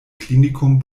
klinikum